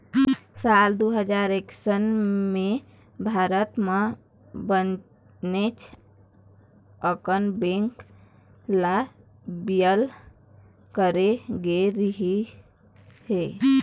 साल दू हजार एक्कइस म भारत म बनेच अकन बेंक ल बिलय करे गे रहिस हे